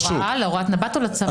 אתה מתכוון להוראה, להוראת נב"ת, או לצו?